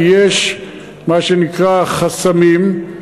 כי יש מה שנקרא חסמים,